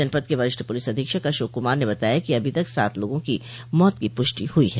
जनपद के वरिष्ठ पुलिस अधीक्षक अशोक कुमार ने बताया कि अभी तक सात लोगों की मौत की पुष्टि हुई है